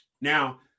Now